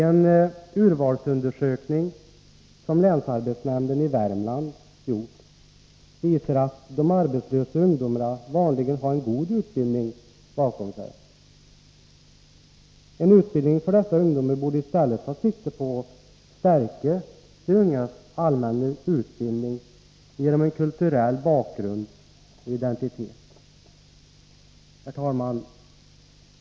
En urvalsundersökning som länsarbetsnämnden i Värmland har gjort visar att de arbetslösa ungdomarna vanligen har en god utbildning bakom sig. En utbildning för dessa ungdomar borde i stället ta sikte på att stärka de ungas allmänutbildning, ge dem en kulturell bakgrund och identitet. Herr talman!